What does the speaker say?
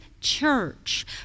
church